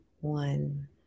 one